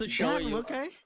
okay